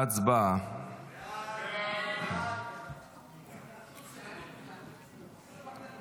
התשפ"ה 2024, אושרה בקריאה